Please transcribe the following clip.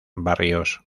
barrios